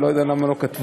אני לא יודע למה לא כתבו.